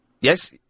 Yes